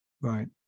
Right